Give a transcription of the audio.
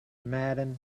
madam